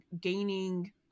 gaining